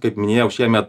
kaip minėjau šiemet